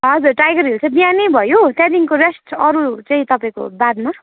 हजुर Tiger Hill चाहिँ बिहानै भयो त्यहाँदेखिको रेस्ट अरूहरू चाहिँ तपाईँको बादमा